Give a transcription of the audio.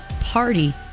party